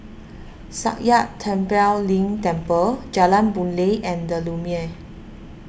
Sakya Tenphel Ling Temple Jalan Boon Lay and the Lumiere